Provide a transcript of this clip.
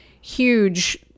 huge